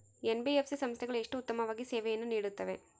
NBFC ಸಂಸ್ಥೆಗಳು ಎಷ್ಟು ಉತ್ತಮವಾಗಿ ಸೇವೆಯನ್ನು ನೇಡುತ್ತವೆ?